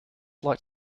like